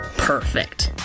perfect.